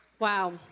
Wow